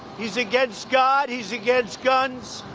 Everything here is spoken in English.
he's against god. he's against guns.